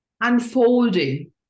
unfolding